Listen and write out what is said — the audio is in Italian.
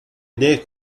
idee